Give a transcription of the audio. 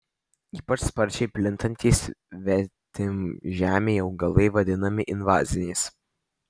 ypač sparčiai plintantys svetimžemiai augalai vadinami invaziniais